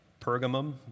Pergamum